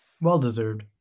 Well-deserved